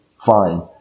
fine